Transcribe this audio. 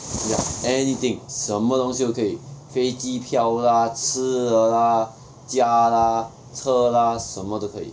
ya anything 什么东西都可以飞机票 lah 吃的 lah 家 lah 车 lah 什么都可以